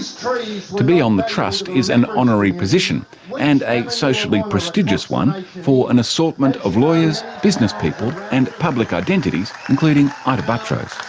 to be on the trust is an honorary position and a socially prestigious one for an assortment of lawyers, business people and public identities including ita buttrose.